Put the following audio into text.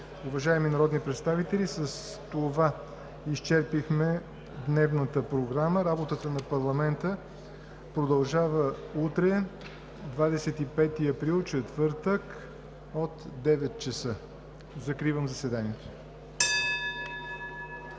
Уважаеми народни представители, с това изчерпахме дневната програма. Работата на парламента продължава утре – 25 април, четвъртък, от 9,00 ч. Закривам заседанието.